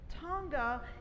Tonga